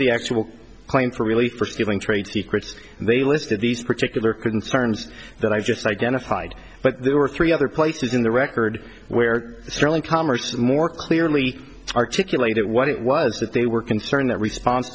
the actual playing for really for stealing trade secrets they listed these particular concerns that i just identified but there were three other places in the record where sterling commerce more clearly articulated what it was that they were concerned that response